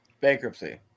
Bankruptcy